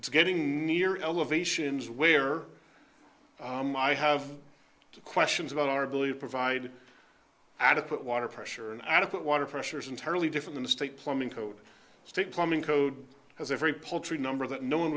it's getting near elevations where i have two questions about our ability to provide adequate water pressure and adequate water pressure is entirely different in the state plumbing code state plumbing code has a very paltry number that no one